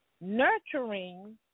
Nurturing